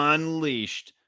Unleashed